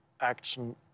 action